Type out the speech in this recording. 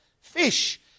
fish